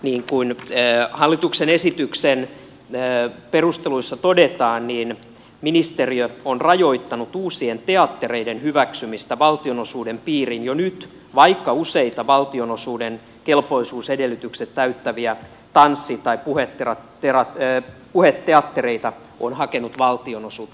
niin kuin hallituksen esityksen perusteluissa todetaan ministeriö on rajoittanut uusien teattereiden hyväksymistä valtionosuuden piiriin jo nyt vaikka useita valtionosuuden kelpoisuusedellytykset täyttäviä tanssi tai puheteattereita on hakenut valtionosuutta